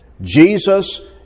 Jesus